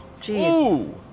Jeez